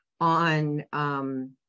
on